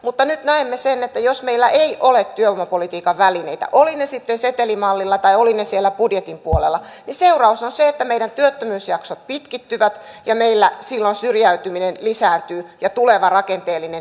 mutta nyt näemme sen että jos meillä ei ole työvoimapolitiikan välineitä olivat ne sitten setelimallilla tai olivat ne siellä budjetin puolella niin seuraus on se että meidän työttömyysjaksot pitkittyvät ja meillä silloin syrjäytyminen lisääntyy ja tuleva rakenteellinen työttömyys kasvaa